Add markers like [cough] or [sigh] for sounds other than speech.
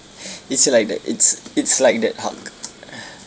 it's like it's that it's it's like that haq [breath]